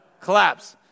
Collapse